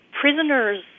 Prisoners